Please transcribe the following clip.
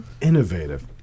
innovative